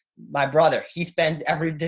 my brother, he spends every day,